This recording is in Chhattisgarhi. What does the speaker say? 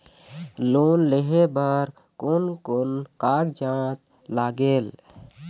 लोन लेहे बर कोन कोन कागजात लागेल?